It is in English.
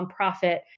nonprofit